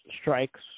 strikes